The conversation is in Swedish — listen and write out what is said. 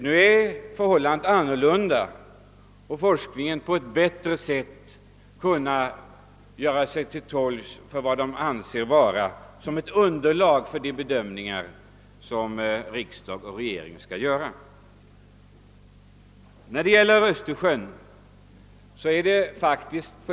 Nu är förhållandet annorlunda, och forskningen har fått bättre gehör för de synpunkter den anser böra utgöra underlag för regeringens och riksdagens bedömningar. När det gäller Östersjön brådskar det faktiskt.